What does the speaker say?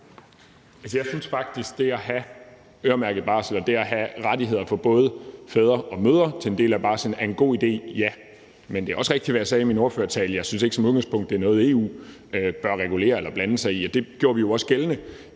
jeg synes faktisk, at det at have øremærket barsel og rettigheder for både fædre og mødre til en del af barslen er en god idé. Men det er også rigtigt, hvad jeg sagde i min ordførertale, at jeg ikke som udgangspunkt synes, at det er noget, EU bør regulere eller blande sig og, og det gjorde vi jo også gældende